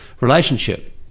relationship